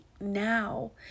now